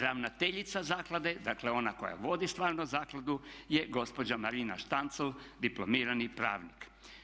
Ravnateljica zaklade dakle ona koja vodi stvarno zakladu je gospođa Marina Štancl diplomirani pravnik.